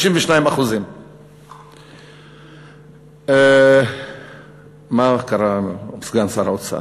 32%. מה קרה, סגן שר האוצר?